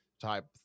type